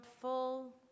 full